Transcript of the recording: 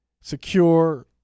secure